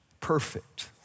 Perfect